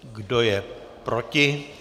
Kdo je proti?